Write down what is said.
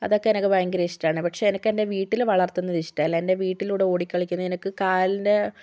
അതൊക്കെ എനക്ക് ഭയങ്കര ഇഷ്ടമാണ് പക്ഷെ അതൊക്കെ എൻറെ വീട്ടിൽ വളർത്തുന്നത് ഇഷ്ടമല്ല എൻറെ വീട്ടിലൂടെ ഓടി കളിക്കുന്നത് എനിക്ക് കാൽൻറെ